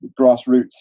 grassroots